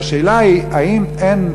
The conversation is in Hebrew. והשאלה היא האם אין,